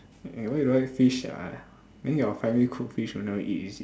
eh why you don't like fish ah then your family cook fish you never eat is it